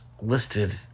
listed